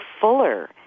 fuller